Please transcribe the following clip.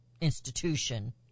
Institution